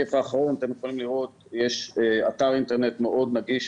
בשקף האחרון אתם יכולים לראות שיש אתר אינטרנט מאוד נגיש,